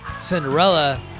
Cinderella